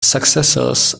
successors